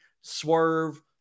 Swerve